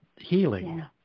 healing